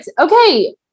okay